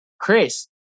Chris